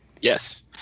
Yes